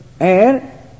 air